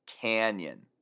Canyon